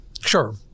Sure